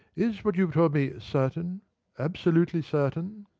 is what you have told me certain absolutely certain?